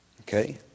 Okay